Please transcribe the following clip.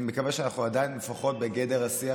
אני מקווה שאנחנו עדיין לפחות בגדר השיח